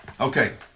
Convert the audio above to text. Okay